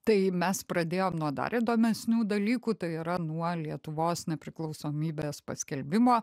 tai mes pradėjom nuo dar įdomesnių dalykų tai yra nuo lietuvos nepriklausomybės paskelbimo